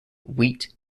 wheat